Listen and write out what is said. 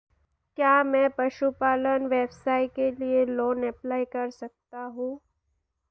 क्या मैं पशुपालन व्यवसाय के लिए लोंन अप्लाई कर सकता हूं?